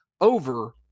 over